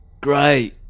Great